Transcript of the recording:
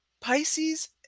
Pisces